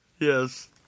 Yes